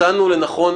מצאנו לנכון,